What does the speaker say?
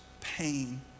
pain